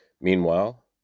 Meanwhile